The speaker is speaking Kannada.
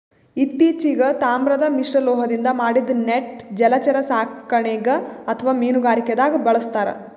ಇತ್ತಿಚೀಗ್ ತಾಮ್ರದ್ ಮಿಶ್ರಲೋಹದಿಂದ್ ಮಾಡಿದ್ದ್ ನೆಟ್ ಜಲಚರ ಸಾಕಣೆಗ್ ಅಥವಾ ಮೀನುಗಾರಿಕೆದಾಗ್ ಬಳಸ್ತಾರ್